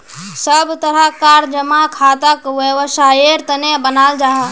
सब तरह कार जमा खाताक वैवसायेर तने बनाल जाहा